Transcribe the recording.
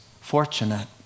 fortunate